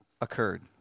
occurred